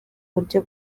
buryo